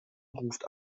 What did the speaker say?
ruft